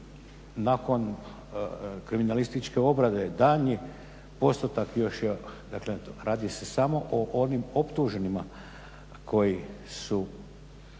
nakon kriminalističke obrade daljnji postotak još, dakle radi se samo o onim optuženima koji su